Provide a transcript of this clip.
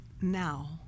now